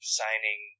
signing